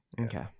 Okay